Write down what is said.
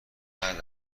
بعد